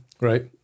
Right